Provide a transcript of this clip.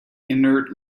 inert